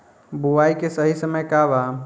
बुआई के सही समय का वा?